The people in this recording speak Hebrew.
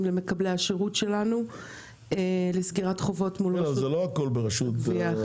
למקבלי השירות שלנו לסגירת חובות מול רשות הגבייה והאכיפה.